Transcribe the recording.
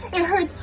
it hurts.